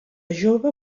jove